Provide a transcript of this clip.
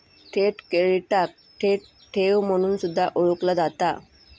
थेट क्रेडिटाक थेट ठेव म्हणून सुद्धा ओळखला जाता